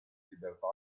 libertà